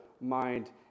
mind